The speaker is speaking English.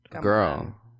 Girl